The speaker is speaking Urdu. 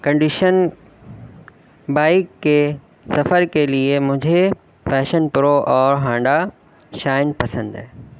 کنڈیشن بائک کے سفر کے لیے مجھے پیشن پرو اور ہانڈا شائن پسند ہے